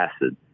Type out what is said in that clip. acid